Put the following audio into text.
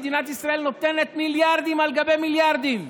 מדינת ישראל נותנת מיליארדים על גבי מיליארדים,